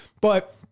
But-